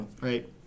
right